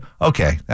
okay